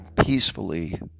peacefully